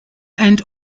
and